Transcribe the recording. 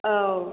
औ